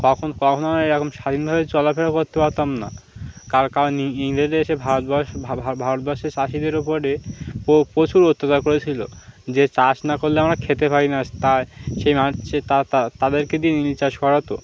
কখন কখনো আমরা এরকম স্বাধীনভাবে চলাফেরা করতে পারতাম না কারণ ইংরেজরা এসে ভারতবর্ষ ভারতবর্ষের চাষিদের ওপরে প্রচুর অত্যাচার করেছিল যে চাষ না করলে আমরা খেতে পাই না তাই তাদেরকে দিয়ে নীল চাষ করাতো